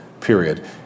period